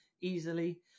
easily